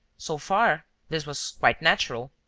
so far, this was quite natural.